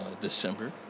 December